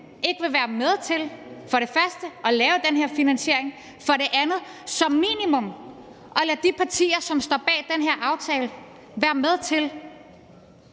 ikke vil være med til for det første at lave den her finansiering og for det andet som minimum at lade de partier, som står bag den her aftale, være med til